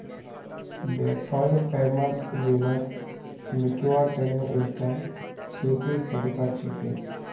deferred payment ऋणक निपटव्वार तने एकता स्वीकृत तरीका छिके